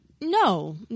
No